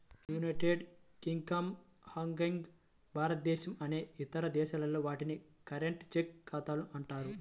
United Kingdom, Hong Kong, భారతదేశం అనేక ఇతర దేశాల్లో, వాటిని కరెంట్, చెక్ ఖాతాలు అంటారు